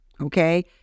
okay